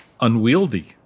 unwieldy